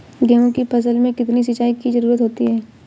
गेहूँ की फसल में कितनी सिंचाई की जरूरत होती है?